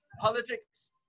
politics